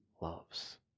loves